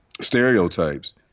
stereotypes